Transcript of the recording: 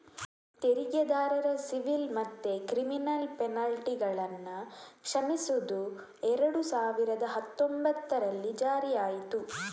ತೆರಿಗೆದಾರರ ಸಿವಿಲ್ ಮತ್ತೆ ಕ್ರಿಮಿನಲ್ ಪೆನಲ್ಟಿಗಳನ್ನ ಕ್ಷಮಿಸುದು ಎರಡು ಸಾವಿರದ ಹತ್ತೊಂಭತ್ತರಲ್ಲಿ ಜಾರಿಯಾಯ್ತು